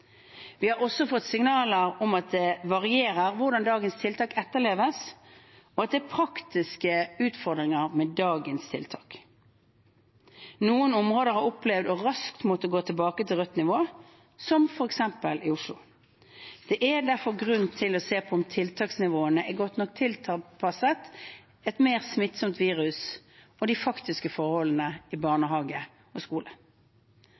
Vi har også fått signaler om at det varierer hvordan dagens tiltak etterleves, og at det er praktiske utfordringer med dagens tiltak. Noen områder har opplevd å raskt måtte gå tilbake til rødt nivå – som f.eks. i Oslo. Det er derfor grunn til å se på om tiltaksnivåene er godt nok tilpasset et mer smittsomt virus og de faktiske forholdene i barnehage og skole.